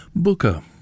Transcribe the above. booker